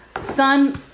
Son